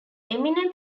eminem